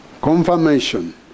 Confirmation